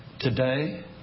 Today